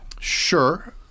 Sure